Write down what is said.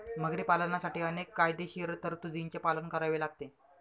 मगरी पालनासाठी अनेक कायदेशीर तरतुदींचे पालन करावे लागते